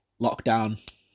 lockdown